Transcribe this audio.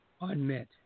unmet